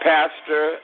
Pastor